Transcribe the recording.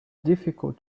difficult